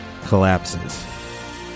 collapses